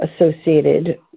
associated